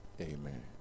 amen